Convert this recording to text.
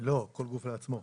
כל גוף צריך לבדוק לעצמו.